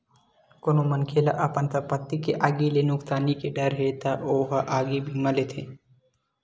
कोनो मनखे ल अपन संपत्ति के आगी ले नुकसानी के डर हे त ओ ह आगी बीमा लेथे